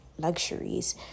luxuries